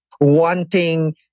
wanting